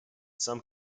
some